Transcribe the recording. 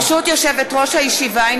ברשות יושבת-ראש הישיבה,